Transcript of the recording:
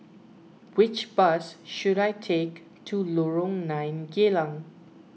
which bus should I take to Lorong nine Geylang